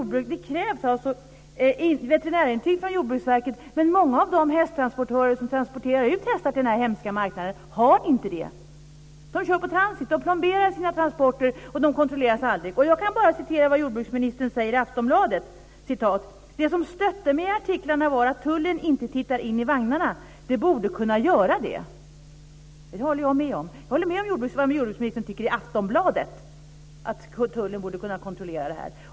Det krävs veterinärintyg från Jordbruksverket, men många av de hästtransportörer som transporterar ut hästar till den här hemska marknaden har inte det. De kör transit. De plomberar sina transporter, och de kontrolleras aldrig. Jag kan bara citera vad jordbruksministern säger i Aftonbladet: "Det som stötte mig i artiklarna var att tullen inte tittar in i vagnarna, de borde kunna göra det." Det håller jag med om. Jag håller med om vad jordbruksministern tycker i Aftonbladet. Tullen borde kunna kontrollera detta.